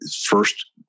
first